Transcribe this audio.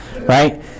right